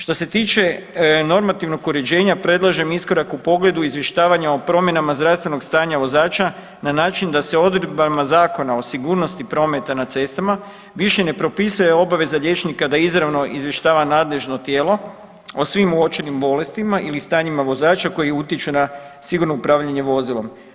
Što se tiče normativnog uređenja predlažem iskorak u pogledu izvještavanja o promjenama zdravstvenog stanja vozača na način da se odredbama Zakona o sigurnosti prometa na cestama više ne propisuje obaveza liječnika da izravno izvještava nadležno tijelo o svim uočenim bolestima ili stanjima vozača koji utječu na sigurno upravljanje vozilom.